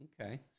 okay